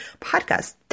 podcast